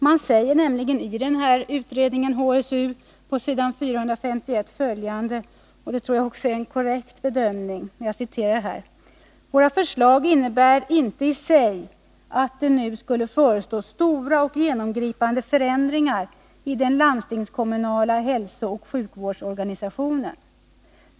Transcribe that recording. Man säger nämligen i den här utredningen — HSU - på s. 451 följande, vilket jag tror är en korrekt bedömning: ”Våra förslag innebär inte i sig att det nu skulle förestå stora och genomgripande förändringar i den landstingskommunala hälsooch sjuk vårdsorganisationen.